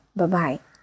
Bye-bye